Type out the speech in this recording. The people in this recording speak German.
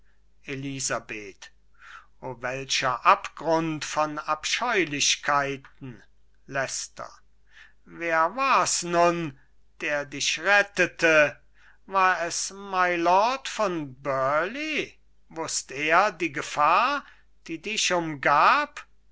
elisabeth o welcher abgrund von abscheulichkeiten leicester wer war's nun der dich rettete war es mylord von burleigh wußt er die gefahr die dich umgab